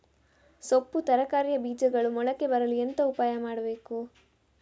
ಸೊಪ್ಪು ತರಕಾರಿಯ ಬೀಜಗಳು ಮೊಳಕೆ ಬರಲು ಎಂತ ಉಪಾಯ ಮಾಡಬೇಕು?